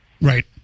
Right